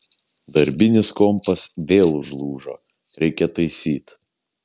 darbinis kompas vėl užlūžo reikia taisyt